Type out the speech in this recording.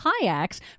kayaks